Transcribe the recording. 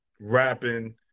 rapping